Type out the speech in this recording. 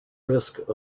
risk